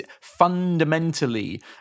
fundamentally